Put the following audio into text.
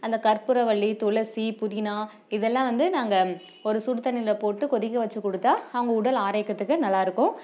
அந்த கற்பூரவள்ளி துளசி புதினா இதெல்லாம் வந்து நாங்கள் ஒரு சுடுத்தண்ணியில் போட்டு கொதிக்க வச்சுக் கொடுத்தா அவங்க உடல் ஆரோக்கியத்துக்கு நல்லாயிருக்கும்